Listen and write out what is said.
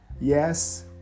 Yes